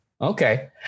Okay